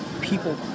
people